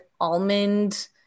almond